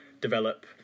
develop